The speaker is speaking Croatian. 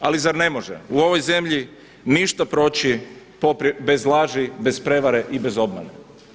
Ali zar ne može u ovoj zemlji ništa proći bez laži, bez prevare i bez obmane.